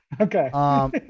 Okay